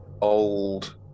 old